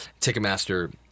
Ticketmaster